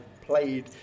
played